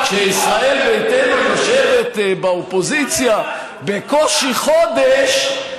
אבל כשישראל ביתנו יושבת באופוזיציה בקושי חודש,